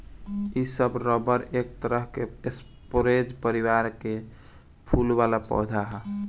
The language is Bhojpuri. इ सब रबर एक तरह के स्परेज परिवार में के फूल वाला पौधा ह